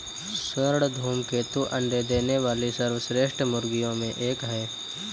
स्वर्ण धूमकेतु अंडे देने वाली सर्वश्रेष्ठ मुर्गियों में एक है